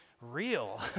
real